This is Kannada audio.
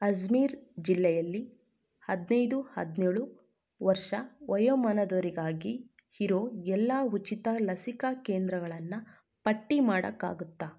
ಅಜ್ಮೀರ್ ಜಿಲ್ಲೆಯಲ್ಲಿ ಹದಿನೈದು ಹದಿನೇಳು ವರ್ಷ ವಯೋಮಾನದವರಿಗಾಗಿ ಇರೋ ಎಲ್ಲ ಉಚಿತ ಲಸಿಕಾ ಕೇಂದ್ರಗಳನ್ನು ಪಟ್ಟಿ ಮಾಡೋಕ್ಕಾಗತ್ತಾ